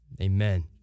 amen